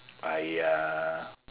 !aiya!